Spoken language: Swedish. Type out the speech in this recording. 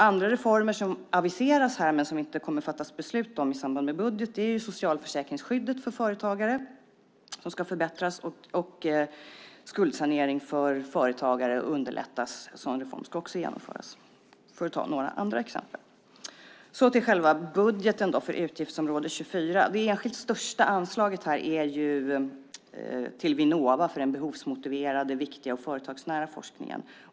Andra reformer som aviseras men som inte kommer att fattas beslut om i samband med budgeten är att socialförsäkringsskyddet för företagare ska förbättras och skuldsanering för företagare underlättas, för att ta några andra exempel. Så till själva budgeten för utgiftsområde 24. Det enskilt största anslaget är till Vinnova för den behovsmotiverade, viktiga och företagsnära forskningen.